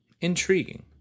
Intriguing